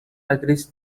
agrees